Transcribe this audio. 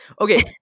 okay